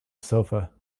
sofa